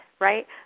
Right